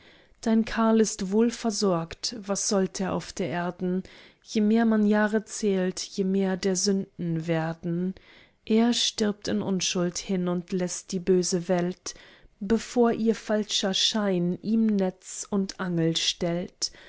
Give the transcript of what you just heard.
dein karl ist wohlversorgt was sollt er auf der erden je mehr man jahre zählt je mehr der sünden werden er stirbt in unschuld hin und läßt die böse welt bevor ihr falscher schein ihm netz und angel stellt